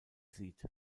sieht